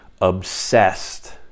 obsessed